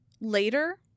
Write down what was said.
Later